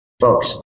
Folks